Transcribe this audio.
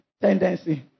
tendency